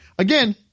Again